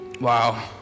Wow